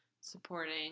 supporting